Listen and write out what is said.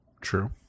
True